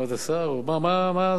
מה מציע?